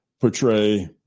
portray